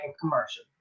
commercial